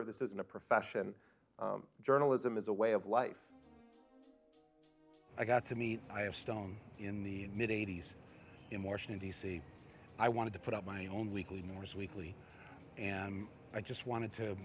this isn't a profession journalism is a way of life i got to meet i have stone in the mid eighty's in washington d c i wanted to put up my own weekly morris weekly and i just wanted to